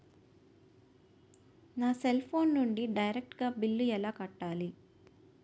నా cell phone నుంచి direct గా బిల్లు ఎలా కట్టాలి?